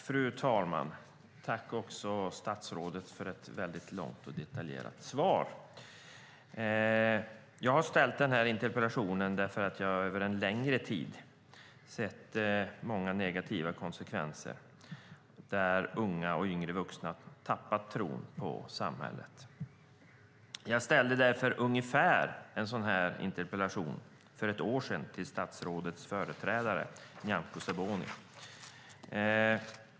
Fru talman! Tack, statsrådet, för ett långt och detaljerat svar! Jag har ställt den här interpellationen därför att jag över en längre tid sett många negativa konsekvenser där unga och yngre vuxna tappat tron på samhället. Jag ställde därför ungefär en sådan här interpellation för ett år sedan till statsrådets företrädare Nyamko Sabuni.